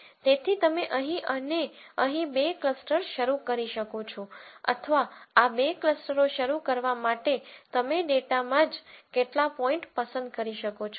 તેથી તમે અહીં અને અહીં બે ક્લસ્ટર શરૂ કરી શકો છો અથવા આ બે ક્લસ્ટરો શરૂ કરવા માટે તમે ડેટામાં જ કેટલાક પોઇન્ટ પસંદ કરી શકો છો